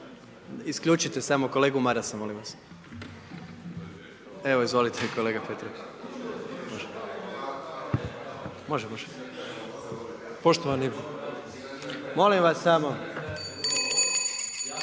Isključite samo kolegu Marasa, molim vas. Evo izvolite, kolega Petrov. Molim vas samo.